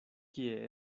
kie